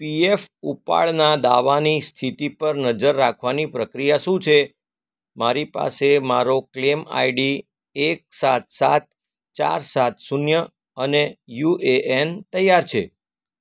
PF ઉપાડના દાવાની સ્થિતિ પર નજર રાખવાની પ્રક્રિયા શું છે મારી પાસે મારો ક્લેમ આઈડી એક સાત સાત ચાર સાત શૂન્ય અને યુ એ એન તૈયાર છે